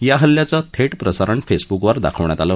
या हल्ल्याचं थे प्रसारण फेसबुकवर दाखावण्यात आलं